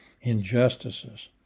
injustices